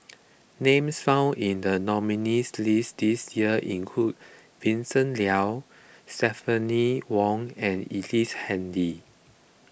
names found in the nominees' list this year include Vincent Leow Stephanie Wong and Ellice Handy